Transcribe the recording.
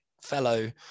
fellow